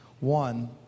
One